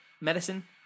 medicine